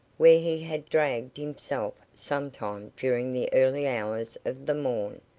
where he had dragged himself sometime during the early hours of the morn,